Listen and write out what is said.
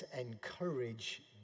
encourage